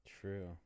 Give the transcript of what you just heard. True